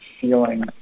Feeling